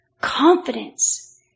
confidence